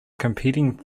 competing